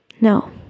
No